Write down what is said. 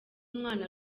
umwana